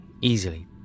easily